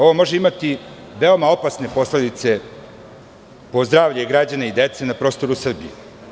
Ovo može imati veoma opasne posledice po zdravlje građana i dece na prostoru Srbije.